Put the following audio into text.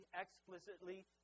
explicitly